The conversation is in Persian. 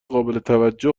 قابلتوجه